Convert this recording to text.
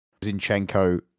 Zinchenko